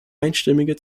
einstimmige